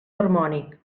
harmònic